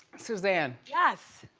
suzanne. yes.